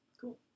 Cool